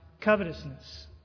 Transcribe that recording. covetousness